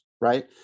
right